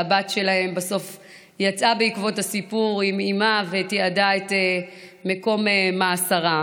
והבת שלהם בסוף יצאה בעקבות הסיפור עם אימה ותיעדה את מקום מאסרה.